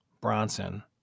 Bronson